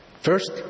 First